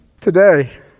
Today